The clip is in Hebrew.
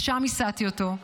לשם הסעתי אותו.